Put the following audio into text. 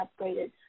upgraded